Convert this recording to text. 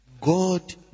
God